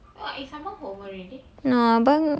<Z